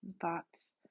thoughts